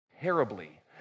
terribly